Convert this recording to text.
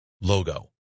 Logo